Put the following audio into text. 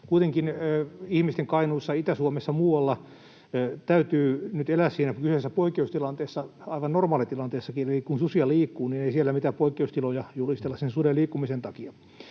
Kuitenkin ihmisten täytyy Kainuussa, Itä-Suomessa ja muualla nyt elää siinä kyseisessä poikkeustilanteessa aivan normaalitilanteessakin, eli kun susia liikkuu, niin ei siellä mitään poikkeustiloja julistella sen suden liikkumisen takia.